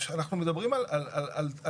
כשאנחנו מדברים על תכנית,